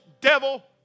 Devil